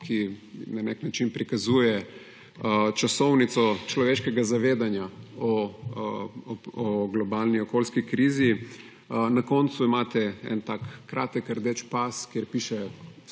ki na nek način prikazuje časovnico človeškega zavedanja o globalni okoljski krizi. Na koncu imate nek tak kratek rdeč pas, kjer piše